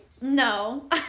No